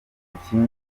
kindi